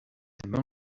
també